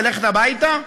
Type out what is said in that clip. וללכת הביתה?